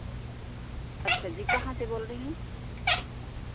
अच्छा जी कहाँ से बोल रही हैं